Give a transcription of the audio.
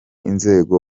inzego